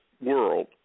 world